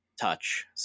touch